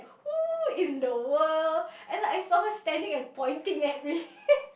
who in the world and like I saw her standing and pointing at me